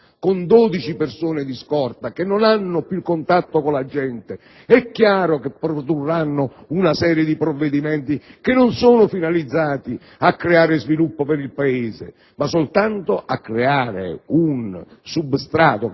con 12 persone di scorta, che non hanno più il contatto con la gente, è chiaro che produrranno una serie di provvedimenti che non sono finalizzati a creare sviluppo per il Paese, ma soltanto un substrato che